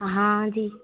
हाँ जी